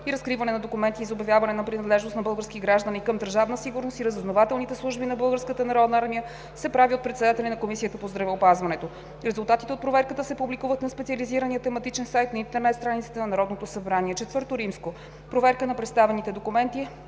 и разкриване на документите и за обявяване на принадлежност на български граждани към Държавна сигурност и разузнавателните служби на Българската народна армия се прави от председателя на Комисията по здравеопазването. Резултатите от проверката се публикуват на специализирания тематичен сайт на интернет страницата на Народното събрание. IV. Проверка на представените документи